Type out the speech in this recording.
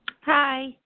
Hi